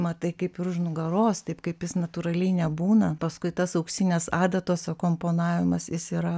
matai kaip ir už nugaros taip kaip jis natūraliai nebūna paskui tas auksinės adatos komponavimas jis yra